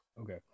Okay